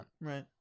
right